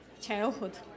childhood